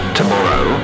tomorrow